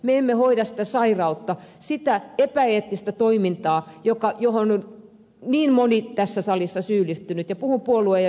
me emme hoida sitä sairautta sitä epäeettistä toimintaa johon niin moni on tässä salissa syyllistynyt ja puhun puolue ja yksilötasolla